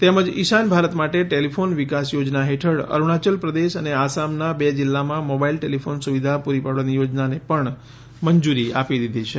તેમજ ઈશાન ભારત માટે ટેલીફોન વિકાસ યોજના હેઠળ અરૂણાયલ પ્રદેશ અને આસામના બે જિલ્લામાં મોબાઈલ ટેલિફોન સુવિધા પૂરી પાડવાની યોજનાને પણ મંજૂરી આપી દીધી છે